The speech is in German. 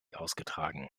ausgetragen